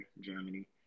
Germany